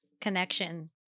connection